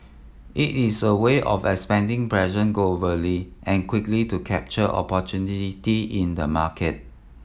it is a way of expanding presence globally and quickly to capture opportunity in the market